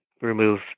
remove